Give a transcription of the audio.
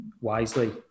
wisely